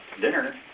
dinner